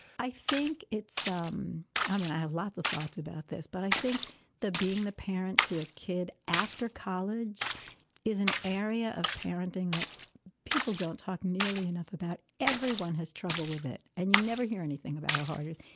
i think it's. um i mean, i have lots of thoughts about this, but i think that being the parent to a kid after college is an area of parenting that people don't talk nearly enough about. everyone has trouble with it. and you never hear anything about hoarders.